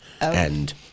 and-